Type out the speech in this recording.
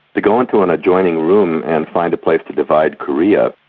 to go into an adjoining room and find a place to divide korea,